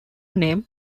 name